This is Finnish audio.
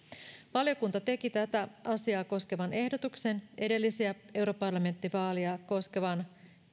valiokunta teki tätä asiaa koskevan ehdotuksen edellisiä europarlamenttivaaleja koskevan